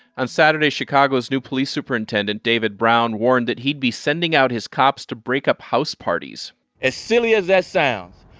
on saturday, chicago's new police superintendent david brown warned that he'd be sending out his cops to break up house parties as silly as that sounds,